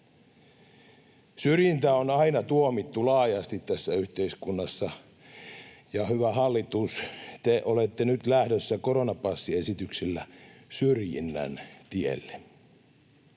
Syrjintä on aina tuomittu laajasti tässä yhteiskunnassa, ja hyvä hallitus, te olette nyt lähdössä koronapassiesityksellä syrjinnän tielle.